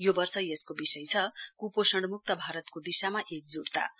यो वर्ष यसको विषय छ कुपोषण मुक्त भारतको दिशामा एकजूटता